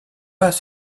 pas